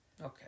Okay